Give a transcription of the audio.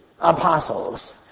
apostles